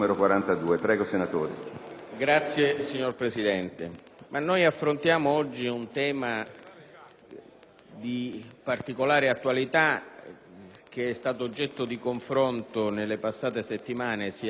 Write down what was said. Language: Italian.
Signor Presidente, affrontiamo oggi un tema di particolare attualità, che è stato oggetto di confronto nelle settimane passate sia alla Camera che al Senato